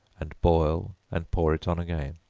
and boil and pour it on again.